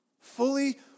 Fully